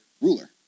ruler